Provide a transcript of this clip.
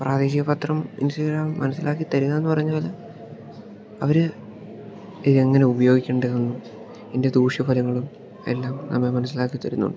പ്രാദേശിക പത്രം ഇൻസ്റ്റഗ്രാം മനസ്സിലാക്കി തരിക എന്ന് പറഞ്ഞാല് അവര് ഇതെങ്ങനെ ഉപയോഗിക്കെണ്ടതെന്നും ഇതിൻ്റെ ദൂഷ്യ ഫലങ്ങളും എല്ലാം നമ്മെ മനസ്സിലാക്കി തരുന്നുണ്ട്